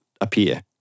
appear